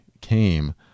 came